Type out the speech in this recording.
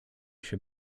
się